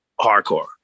hardcore